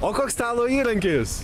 o koks stalo įrankis